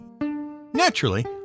Naturally